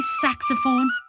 saxophone